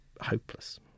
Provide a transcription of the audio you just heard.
hopeless